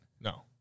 No